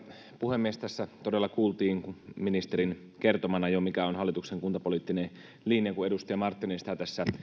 puhemies tässä todella kuultiin ministerin kertomana jo mikä on hallituksen kuntapoliittinen linja kun edustaja marttinen sitä tässä